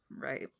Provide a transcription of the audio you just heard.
Right